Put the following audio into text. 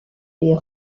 les